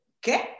¿Qué